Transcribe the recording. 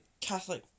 Catholic